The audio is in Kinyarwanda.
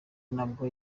nubwo